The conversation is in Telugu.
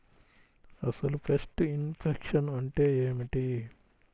అసలు పెస్ట్ ఇన్ఫెక్షన్ అంటే ఏమిటి?